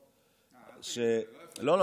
לא,